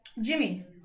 Jimmy